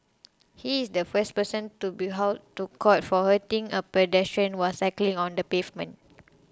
he is the first person to be hauled to court for hurting a pedestrian while cycling on the pavement